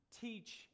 teach